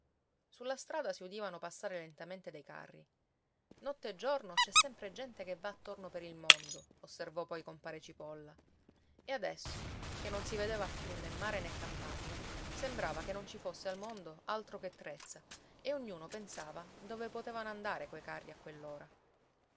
sulla strada si udivano passare lentamente dei carri notte e giorno c'è sempre gente che va attorno per il mondo osservò poi compare cipolla e adesso che non si vedeva più né mare né campagna sembrava che non ci fosse al mondo altro che trezza e ognuno pensava dove potevano andare quei carri a